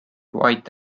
white